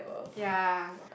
ya